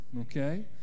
Okay